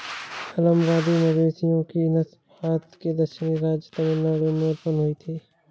अलंबादी मवेशियों की नस्ल भारत के दक्षिणी राज्य तमिलनाडु में उत्पन्न हुई थी